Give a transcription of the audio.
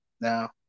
Now